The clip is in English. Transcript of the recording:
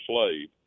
slave